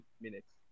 minutes